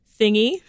thingy